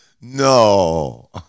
No